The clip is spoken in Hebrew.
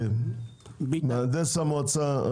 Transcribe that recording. מהנדס המועצה ג'סר